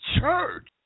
church